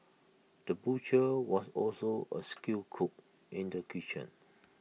the butcher was also A skilled cook in the kitchen